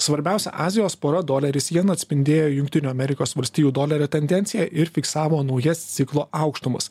svarbiausia azijos pora doleris jiena atspindėjo jungtinių amerikos valstijų dolerio tendenciją ir fiksavo naujas ciklo aukštumos